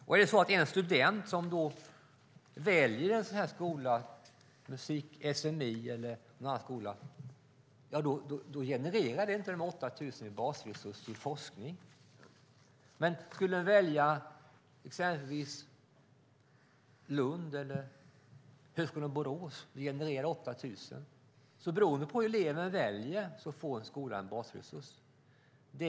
Om en student väljer en sådan här skola, SMI eller en annan skola, genererar det inte de här 8 000 kronorna i basresurs till forskning. Men om eleven skulle välja exempelvis Lund eller Högskolan i Borås genererar det 8 000 kronor. Skolan får alltså, eller får inte, basresurs beroende på hur eleven väljer.